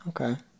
okay